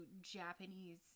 Japanese